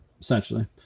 Essentially